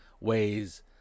ways